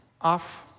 off